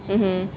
mmhmm